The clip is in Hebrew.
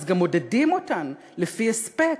אז גם מודדים אותן לפי הספק,